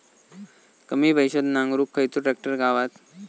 कमी पैशात नांगरुक खयचो ट्रॅक्टर गावात?